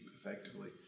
effectively